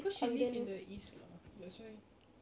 cause she live in the east lah that's why